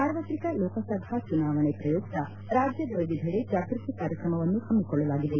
ಸಾರ್ವತ್ರಿಕ ಲೋಕಸಭಾ ಚುನಾವಣೆ ಪ್ರಯುಕ್ತ ರಾಜ್ಯದ ವಿವಿಧಡೆ ಜಾಗೃತಿ ಕಾರ್ಯಕ್ರಮವನ್ನು ಹಮ್ಮಿಕೊಳ್ಳಲಾಗಿದೆ